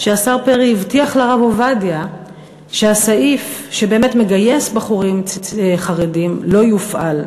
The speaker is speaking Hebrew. שהשר פרי הבטיח לרב עובדיה שהסעיף שבאמת מגייס בחורים חרדים לא יופעל,